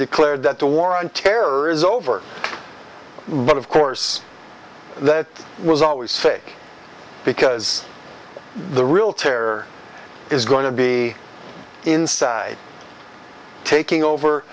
declared that the war on terror is over but of course that was always sake because the real terror is going to be inside taking over